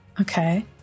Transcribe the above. Okay